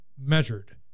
Measured